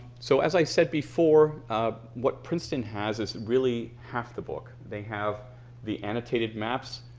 so as i said before what princeton has is really half the book. they have the annotated maps,